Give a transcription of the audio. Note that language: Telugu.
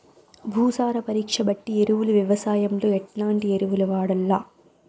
భూసార పరీక్ష బట్టి ఎరువులు వ్యవసాయంలో ఎట్లాంటి ఎరువులు వాడల్ల?